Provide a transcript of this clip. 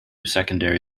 secondary